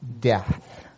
death